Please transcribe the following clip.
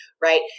right